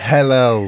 Hello